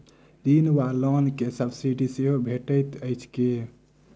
ऋण वा लोन केँ सब्सिडी सेहो भेटइत अछि की?